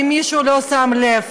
אם מישהו לא שם לב,